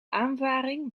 aanvaring